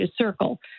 circle